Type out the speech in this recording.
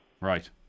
Right